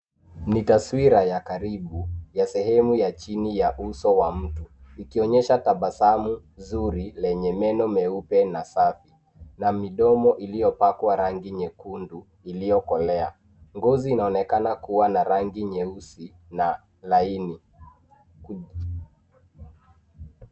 Ni taswira ya karibu ya sehemu ya chini ya uso wa mtu ikionyesha tabasamu zuri lenye meno meupe na safi na midomo iliyopakwa rangi nyekundu iliyokolea. Ngozi inaonekana kuwa na rangi nyeusi na laini.